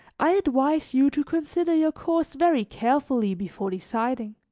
i advise you to consider your course very carefully before deciding,